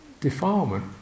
defilement